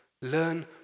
Learn